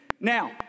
Now